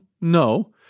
No